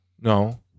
No